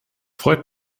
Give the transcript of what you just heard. freut